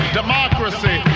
democracy